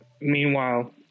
Meanwhile